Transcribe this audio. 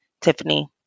Tiffany